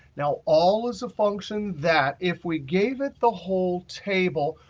now all is a function that if we gave it the whole table,